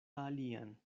alian